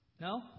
No